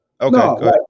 okay